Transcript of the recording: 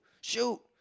shoot